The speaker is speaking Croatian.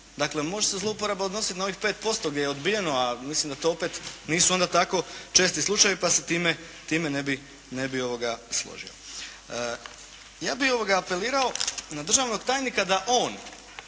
dakle može se zlouporaba odnositi na ovih 5% gdje je odbijeno, a mislim da to opet nisu onda tako česti slučajevi pa se time ne bi složio. Ja bih apelirao na državnog tajnika da on